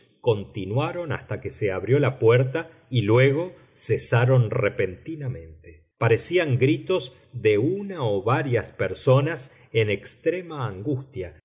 continuaron hasta que se abrió la puerta y luego cesaron repentinamente parecían gritos de una o varias personas en extrema angustia